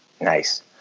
nice